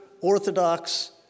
orthodox